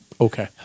Okay